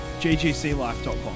ggclife.com